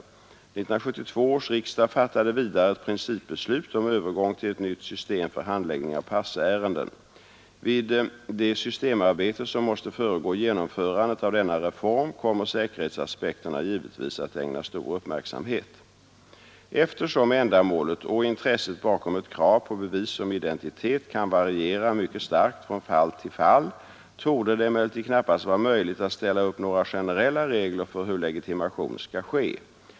1972 års riksdag fattade vidare ett principbeslut om övergång till ett nytt system för handläggning av passärenden. Vid det systemarbete som måste föregå genomförandet av denna reform kommer säkerhetsaspekterna givetvis att ägnas stor uppmärksamhet. Eftersom ändamålet och intresset bakom ett krav på bevis om identitet kan variera mycket starkt från fall till fall torde det emellertid knappast vara möjligt att ställa upp några generella regler för hur legitimation skall ske.